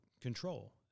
control